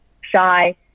shy